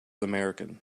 american